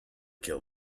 kill